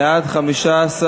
בעד, 15,